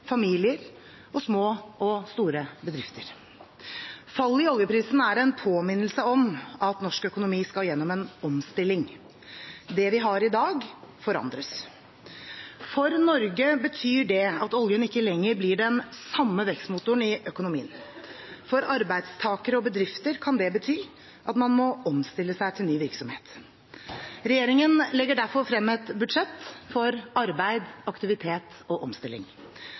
familier og små og store bedrifter. Fallet i oljeprisen er en påminnelse om at norsk økonomi skal gjennom en omstilling – det vi har i dag, forandres. For Norge betyr det at oljen ikke lenger blir den samme vekstmotoren i økonomien. For arbeidstakere og bedrifter kan det bety at man må omstille seg til ny virksomhet. Regjeringen legger derfor frem et budsjett for arbeid, aktivitet og omstilling.